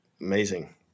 amazing